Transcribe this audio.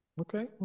Okay